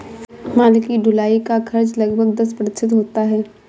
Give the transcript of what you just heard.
माल की ढुलाई का खर्च लगभग दस प्रतिशत होता है